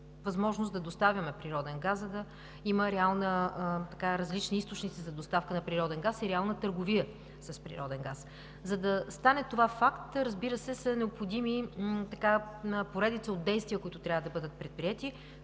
да доставяме природен газ, за да има различни източници за доставка на природен газ и реална търговия с него. За да стане това факт, разбира се, са необходими поредица от действия, които трябва да бъдат предприети.